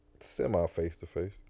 semi-face-to-face